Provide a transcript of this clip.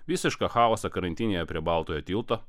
visišką chaosą krantinėje prie baltojo tilto